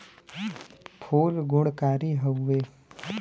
फूल गुणकारी हउवे